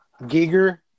Giger